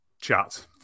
chat